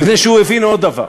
מפני שהוא הבין עוד דבר,